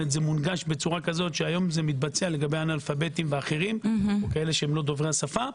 כיום זה מתבצע לגבי אנאלפאביתים ואחרים וכאלה שאינם דוברי השפה.